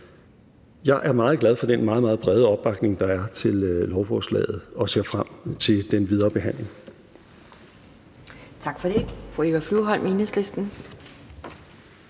Jeg er meget glad for den meget, meget brede opbakning, der er til lovforslaget, og ser frem til den videre behandling.